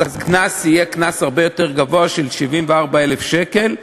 אז הקנס יהיה הרבה יותר גבוה, של 74,000 שקל.